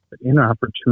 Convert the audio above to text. inopportune